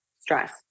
stress